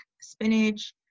spinach